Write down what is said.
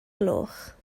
gloch